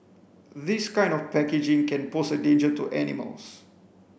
this kind of packaging can pose a danger to animals